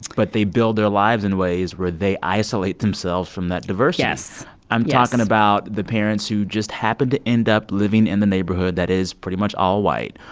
but they build their lives in ways where they isolate themselves from that diversity yes i'm talking about the parents who just happened to end up living in the neighborhood that is pretty much all-white.